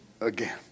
again